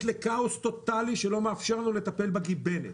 לכאוס טוטאלי שלא מאפשר לנו לטפל בגיבנת.